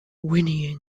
whinnying